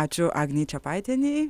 ačiū agnei čepaitienei